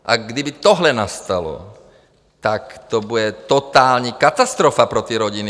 A kdyby tohle nastalo, tak to bude totální katastrofa pro ty rodiny.